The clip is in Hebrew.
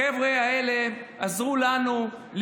החבר'ה האלה עזרו לנו,